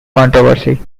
controversy